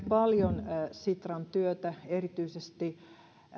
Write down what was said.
paljon sitran työtä erityisesti